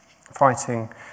fighting